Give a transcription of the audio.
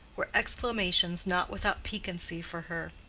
were exclamations not without piquancy for her.